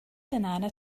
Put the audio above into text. banana